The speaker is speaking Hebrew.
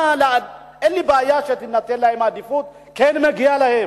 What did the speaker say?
אין לי בעיה שתינתן להם עדיפות כי כן מגיע להם.